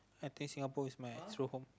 I think Singapore is my true home